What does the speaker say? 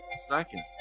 Second